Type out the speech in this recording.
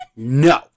No